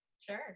Sure